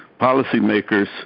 policymakers